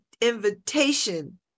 invitation